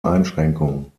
einschränkung